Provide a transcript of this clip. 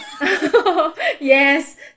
Yes